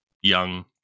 young